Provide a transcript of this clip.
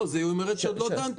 לא, היא אומרת שעוד לא דנתם.